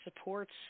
supports